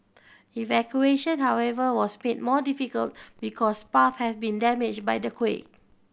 evacuation however was made more difficult because paths had been damaged by the quake